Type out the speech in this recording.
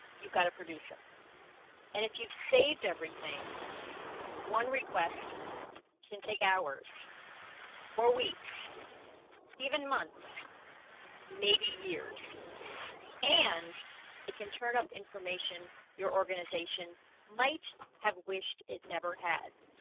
you've got to produce them and if you've saved everything one request can take hours or week even months maybe years and it can turn up information. your organization might have wished it never had.